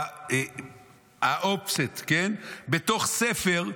האופסט בתוך ספר,